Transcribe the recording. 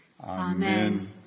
Amen